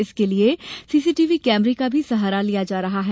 इसके लिए सीसीटीवी कैमरे का भी सहारा लिया जा रहा है